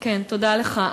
כן, תודה לך.